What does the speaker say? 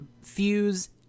fuse